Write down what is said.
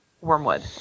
Wormwood